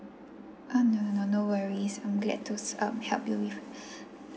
uh no no no no worries I'm glad to se~ um help you with